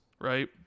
right